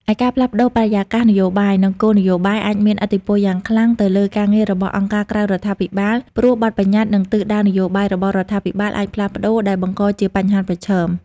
ឯការផ្លាស់ប្ដូរបរិយាកាសនយោបាយ និងគោលនយោបាយ អាចមានឥទ្ធិពលយ៉ាងខ្លាំងទៅលើការងាររបស់អង្គការក្រៅរដ្ឋាភិបាល ព្រោះ បទប្បញ្ញត្តិ និងទិសដៅនយោបាយរបស់រដ្ឋាភិបាលអាចផ្លាស់ប្ដូរដែលបង្កជាបញ្ហាប្រឈម។